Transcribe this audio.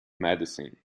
medicine